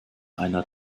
einer